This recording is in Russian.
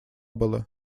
было